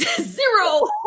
Zero